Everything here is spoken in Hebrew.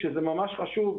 כשזה ממש חשוב,